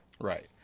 Right